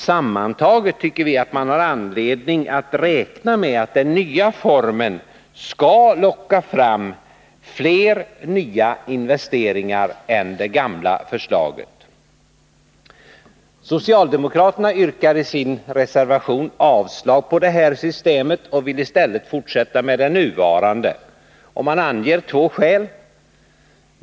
Sammantaget har man, tycker vi, anledning att räkna med att den nya formen skall locka fram flera nya investeringar än den gamla. Socialdemokraterna yrkar i sin reservation avslag på förslaget och vill i stället fortsätta med det nuvarande systemet. Man anger två skäl.